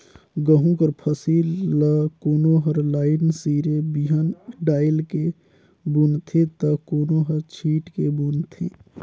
गहूँ कर फसिल ल कोनो हर लाईन सिरे बीहन डाएल के बूनथे ता कोनो हर छींट के बूनथे